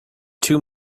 too